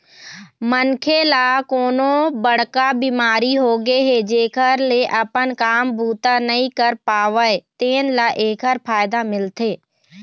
मनखे ल कोनो बड़का बिमारी होगे हे जेखर ले अपन काम बूता नइ कर पावय तेन ल एखर फायदा मिलथे